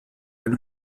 eine